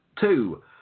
two